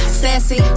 sassy